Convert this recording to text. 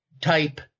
type